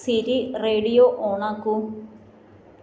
Siri radio ഓണാക്കൂ